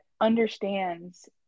understands